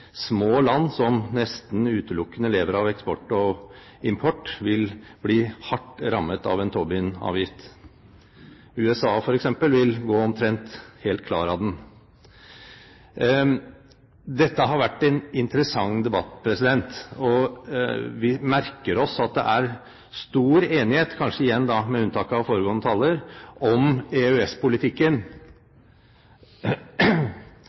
små land som nesten utelukkende lever av eksport og import, vil bli hardt rammet av en Tobin-avgift. USA f.eks. vil gå omtrent helt klar av den. Dette har vært en interessant debatt, og vi merker oss at det er stor enighet, kanskje igjen med unntak av foregående taler, om